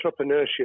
entrepreneurship